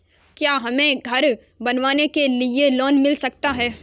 क्या हमें घर बनवाने के लिए लोन मिल सकता है?